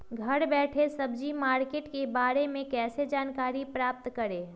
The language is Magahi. घर बैठे सब्जी मार्केट के बारे में कैसे जानकारी प्राप्त करें?